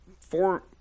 four